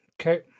okay